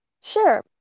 Sure